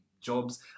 jobs